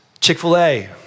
Chick-fil-A